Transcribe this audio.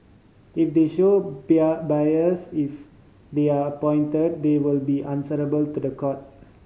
if they show bias if they are appointed they will be answerable to the court